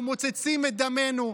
ומוצצים את דמנו,